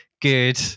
good